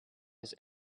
his